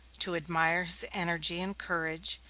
to admire his energy and courage,